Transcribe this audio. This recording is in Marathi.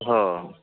हो